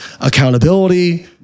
accountability